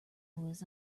was